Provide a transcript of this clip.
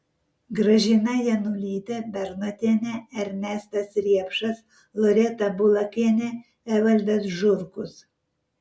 gražina janulytė bernotienė ernestas riepšas loreta bulakienė evaldas žurkus